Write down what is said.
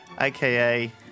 aka